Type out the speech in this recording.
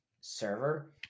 server